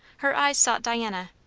her eyes sought diana.